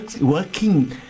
working